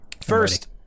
first